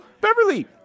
Beverly